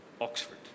Oxford